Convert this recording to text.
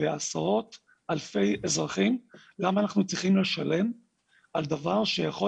ועשרות אלפי אזרחים למה אנחנו צריכים לשלם על דבר שיכול